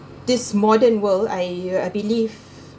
this modern world I I believe